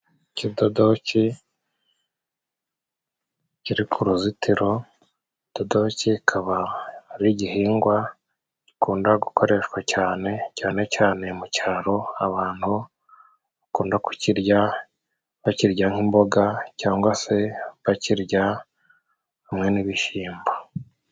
Ikidodoke kiri ku ruzitiro, ikidodoke kikaba ari igihingwa gikunda gukoreshwa cyane, cyane cyane mu cyaro. Abantu bakunda kukirya, bakirya nk'imboga cyangwa se bakirya hamwe n'ibishyimbo.